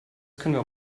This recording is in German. können